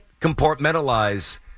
compartmentalize